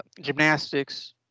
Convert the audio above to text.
gymnastics